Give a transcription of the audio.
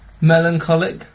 Melancholic